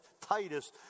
Titus